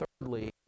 thirdly